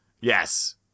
Yes